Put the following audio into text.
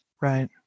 Right